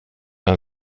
vem